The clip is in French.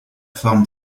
forment